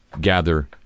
gather